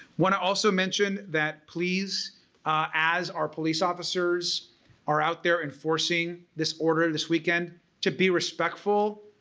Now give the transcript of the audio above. want to also mentioned that please as our police officers are out there enforcing this order this weekend to be respectful,